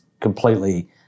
completely